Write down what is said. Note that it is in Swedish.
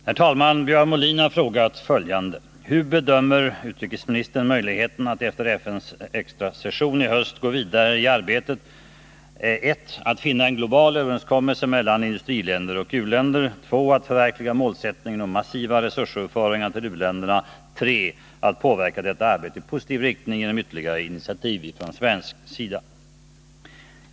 Herr talman! Björn Molin har frågat följande: Hur bedömer utrikesministern möjligheterna att efter FN:s extra session i höst gå vidare i arbetet 1. att finna en global överenskommelse mellan industriländer och u-länder, 2. att förverkliga målsättningen om massiva resursöverföringar till uländerna och 3. att påverka detta arbete i positiv riktning genom ytterligare initiativ från svensk sida?